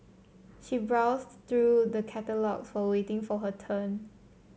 she browsed through the catalogues while waiting for her turn